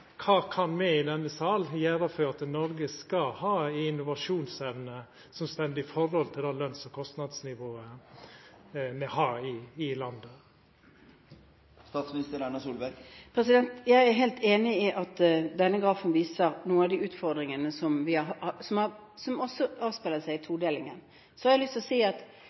me i denne salen kan gjera for at Noreg skal ha innovasjonsevne som står i forhold til det løns- og kostnadsnivået me har i landet. Jeg er helt enig i at denne grafen viser noen av de utfordringene som også avspeiler seg i todelingen. Så har jeg lyst til å si at